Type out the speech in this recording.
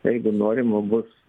jeigu norima bus